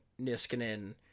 Niskanen